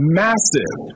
massive